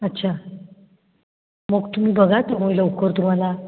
अच्छा मग तुम्ही बघा तुम्ही लवकर तुम्हाला